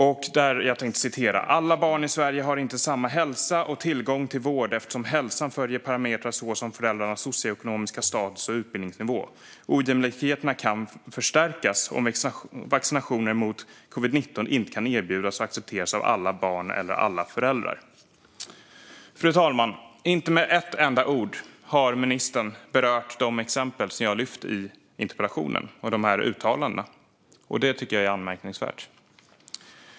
Jag citerar: "Alla barn i Sverige har inte samma hälsa och tillgång till vård, eftersom hälsan följer parametrar såsom föräldrarnas socioekonomiska status och utbildningsnivå. Ojämlikheterna kan förstärkas om vaccinationer mot covid-19 inte kan erbjudas och accepteras av alla barn eller alla föräldrar." Fru talman! Inte med ett enda ord har ministern berört de exempel som jag lyfter i interpellationen eller dessa uttalanden. Det tycker jag är anmärkningsvärt.